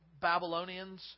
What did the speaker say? Babylonians